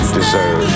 deserve